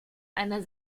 einer